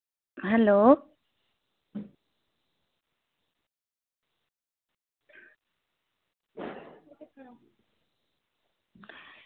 hello